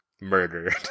murder